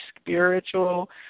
spiritual